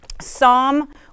Psalm